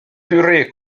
durée